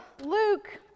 Luke